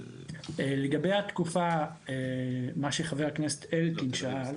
לגבי התקופה, מה שחבר הכנסת אלקין שאל,